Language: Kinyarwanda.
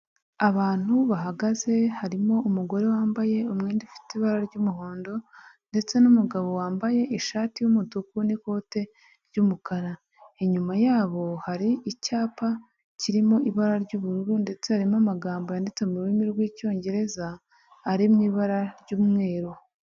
Abantu bahagaze harimo umugore wambaye umwenda ufite ibara ry'umuhondo ndetse n'umugabo wambaye ishati y'umutuku n'ikote ry'umukara. Inyuma yabo hari icyapa kirimo ibara ry'ubururu ndetse harimo amagambo yanditse mu rurimi rw'icyongereza ari mu ibara ry'umweru.